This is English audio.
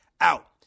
out